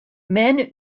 men